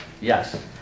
yes